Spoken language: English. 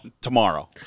tomorrow